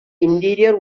interior